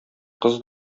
кыз